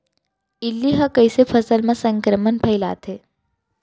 इल्ली ह कइसे फसल म संक्रमण फइलाथे?